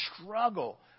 struggle